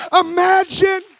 imagine